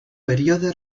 període